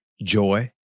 joy